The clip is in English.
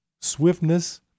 swiftness